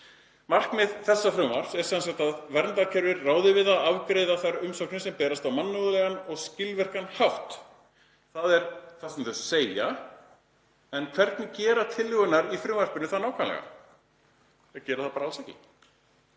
Markmið þess er sem sagt að verndarkerfið ráði við að afgreiða þær umsóknir sem berast á mannúðlegan og skilvirkan hátt. Það er það sem þau segja. En hvernig gera tillögurnar í frumvarpinu það að verkum nákvæmlega? Þær gera það bara alls ekki.